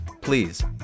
please